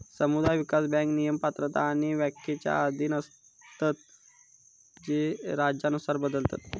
समुदाय विकास बँक नियम, पात्रता आणि व्याख्येच्या अधीन असतत जे राज्यानुसार बदलतत